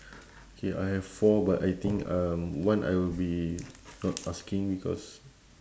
K I have four but I think um one I will be not asking because